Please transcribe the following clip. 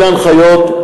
אלה ההנחיות.